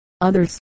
others